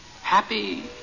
Happy